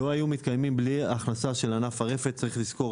הם לא היו מתקיימים בלי ההכנסה של ענף הרפת וצריך לזכור